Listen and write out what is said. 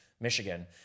Michigan